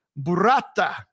Burrata